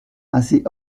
assez